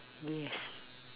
yes